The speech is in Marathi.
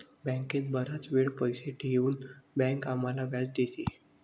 बँकेत बराच वेळ पैसे ठेवून बँक आम्हाला व्याज देते